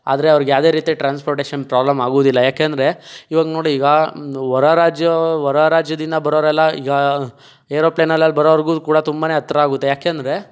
ಆದರೆ ಅವರಿಗೆ ಯಾವುದೇ ರೀತಿ ಟ್ರಾನ್ಸ್ಪೋರ್ಟೇಶನ್ ಪ್ರಾಬ್ಲಮ್ ಆಗುವುದಿಲ್ಲ ಯಾಕೆಂದ್ರೆ ಇವಾಗ ನೋಡಿ ಈಗ ಹೊರರಾಜ್ಯ ಹೊರರಾಜ್ಯದಿಂದ ಬರೋರೆಲ್ಲ ಈಗ ಏರೋಪ್ಲೇನಲ್ಲಿ ಬರೋರಿಗೂ ಕೂಡ ತುಂಬನೇ ಹತ್ರ ಆಗುತ್ತೆ ಯಾಕೆಂದ್ರೆ